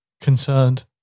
Concerned